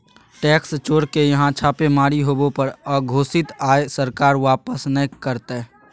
tax चोर के यहां छापेमारी होबो पर अघोषित आय सरकार वापस नय करतय